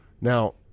Now